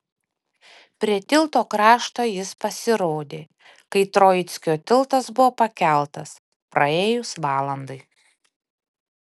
prie tilto krašto jis pasirodė kai troickio tiltas buvo pakeltas praėjus valandai